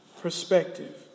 perspective